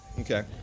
Okay